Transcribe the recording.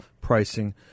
pricing